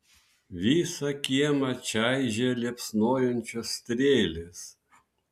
visą kiemą čaižė liepsnojančios strėlės